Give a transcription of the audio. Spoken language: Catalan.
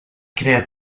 crea